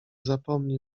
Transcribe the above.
zapomni